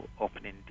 opening